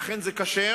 אכן זה כשר,